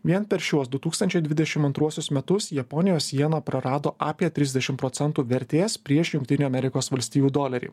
vien per šiuos du tūkstančiai dvidešim antruosius metus japonijos jena prarado apie trisdešim procentų vertės prieš jungtinių amerikos valstijų dolerį